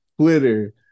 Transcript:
Twitter